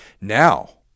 Now